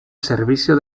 servicio